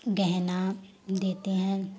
गहना देते हैं